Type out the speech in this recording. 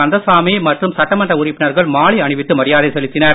கந்தசாமி மற்றும் சட்டமன்ற உறுப்பினர்கள் மாலை அணிவித்து மரியாதை செலுத்தினர்